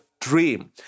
dream